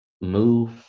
move